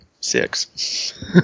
six